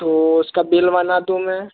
तो उसका बिल बना दूँ मैं